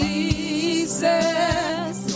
Jesus